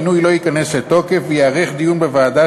המינוי לא ייכנס לתוקף וייערך דיון בוועדה,